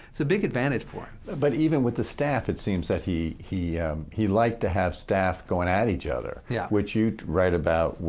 it's a big advantage for him. but even with the staff, it seems that he he he liked to have staff going at each other, yeah which you write about,